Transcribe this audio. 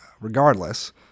Regardless